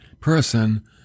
person